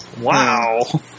wow